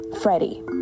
Freddie